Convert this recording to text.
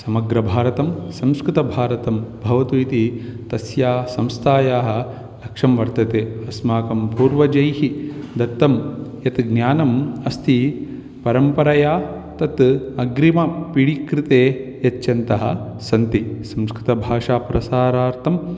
समग्रभारतं संस्कृतभारतं भवतु इति तस्या संस्थायाः लक्ष्यं वर्तते अस्माकं पूर्वजैः दत्तं यत् ज्ञानम् अस्ति परम्परया तत् अग्रिमं पिडिक्कृते यच्छन्तः सन्ति संस्कृतभाषाप्रसारार्थं